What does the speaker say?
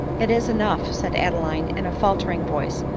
it is enough, said adeline in a faltering voice,